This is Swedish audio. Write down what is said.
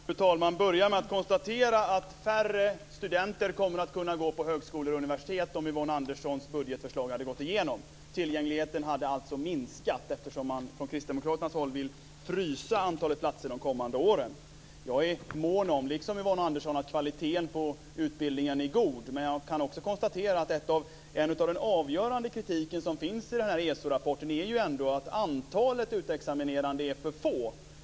Fru talman! Låt mig börja med att konstatera att färre studenter kommer att kunna gå på högskolor och universitet om Yvonne Anderssons budgetförslag går igenom. Tillgängligheten skulle alltså minska, eftersom man från kristdemokraternas håll vill frysa antalet platser under de kommande åren. Jag är, liksom Yvonne Andersson, mån om att kvaliteten på utbildningen är god, men jag kan också konstatera att en avgörande kritik i den här ESO-rapporten ändå är att antalet utexaminerade är för få.